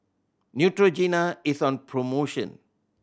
Neutrogena is on promotion